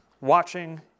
watching